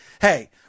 hey